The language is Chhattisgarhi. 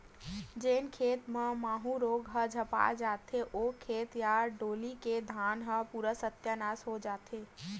जेन खेत मन म माहूँ रोग ह झपा जथे, ओ खेत या डोली के धान ह पूरा सत्यानास हो जथे